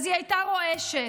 אז היא הייתה רועשת,